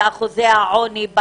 באחוזי העוני,